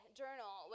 journal